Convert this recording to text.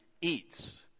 eats